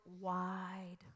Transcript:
wide